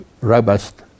robust